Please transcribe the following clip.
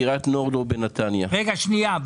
ראשית,